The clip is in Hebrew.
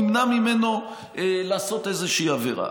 נמנע ממנו לעשות איזה עבירה.